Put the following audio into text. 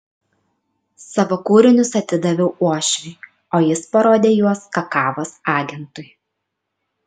savo kūrinius atidaviau uošviui o jis parodė juos kakavos agentui